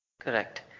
Correct